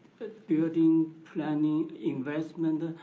building planning, investment,